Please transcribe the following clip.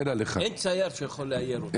אין צייר שיכול לאייר אותי.